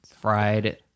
fried